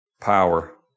power